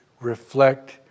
reflect